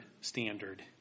standard